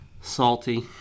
salty